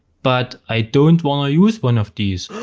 but i don't wanna use one of these.